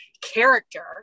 character